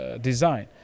design